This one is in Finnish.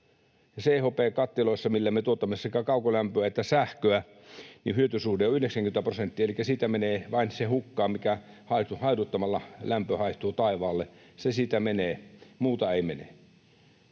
CHP-kattiloissa, millä me tuotamme sekä kaukolämpöä että sähköä, hyötysuhde on 90 prosenttia, elikkä siitä menee vain se hukkaan, mikä haihduttamalla lämpöä haihtuu taivaalle. Se siitä menee, muuta ei mene.